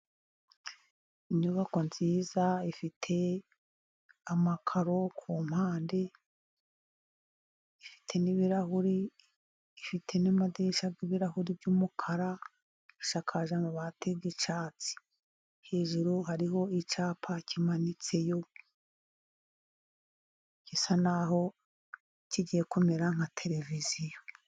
Inyubako nziza ifite amakaro ku mpande, ifite n'ibirahuri, ifite n'amadirishya y'ibirahuri by'umukara, isakaje amabati y'icyatsi. Hejuru hariho icyapa kimanitseyo, gisa naho kigiye kumera nka tereviziyo.